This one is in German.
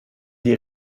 die